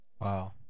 Wow